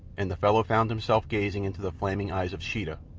and the fellow found himself gazing into the flaming eyes of sheeta,